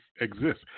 exist